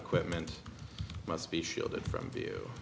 equipment must be shielded from view